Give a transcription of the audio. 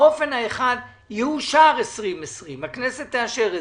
האופן האחד, יאושר תקציב 2020. הכנסת תאשר אותו.